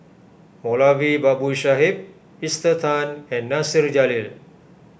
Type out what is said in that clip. Moulavi Babu Sahib Esther Tan and Nasir Jalil